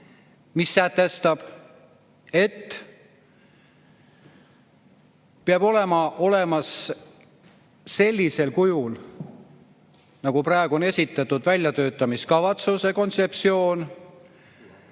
mis sätestab, et peab olema olemas sellisel kujul, nagu praegu on esitatud, väljatöötamiskavatsuse kontseptsioon,